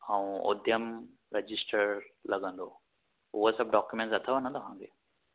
ऐं उद्यम रजिस्टर लॻंदो उहा सभु डॉक्यूमेंट अथव न तव्हांखे